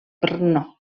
brno